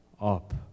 up